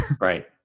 Right